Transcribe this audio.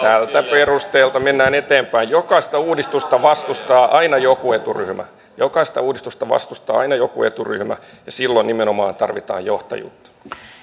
perusteelta mennään eteenpäin jokaista uudistusta vastustaa aina joku eturyhmä jokaista uudistusta vastustaa aina joku eturyhmä ja silloin nimenomaan tarvitaan johtajuutta